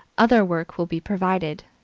other work will be provided,